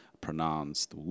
pronounced